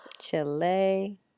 Chile